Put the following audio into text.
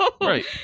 Right